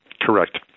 Correct